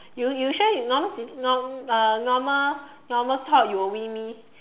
you you sure is normal nor~ uh normal normal talk you will win me